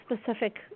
specific